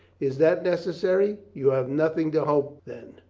is that necessary? you have nothing to hope, then?